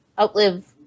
outlive